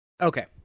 Okay